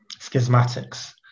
schismatics